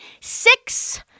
six